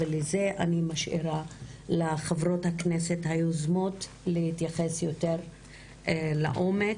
ואת זה אני משאירה לחברות הכנסת היוזמות להתייחס יותר לעומק.